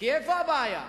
כי איפה הבעיה?